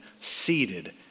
seated